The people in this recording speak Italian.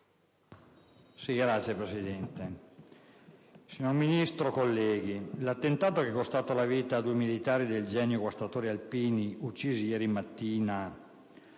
finestra") *(LNP)*. Signor Ministro, colleghi, l'attentato che è costato la vita a due militari del Genio guastatori alpini uccisi ieri mattina